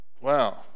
Wow